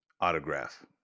autograph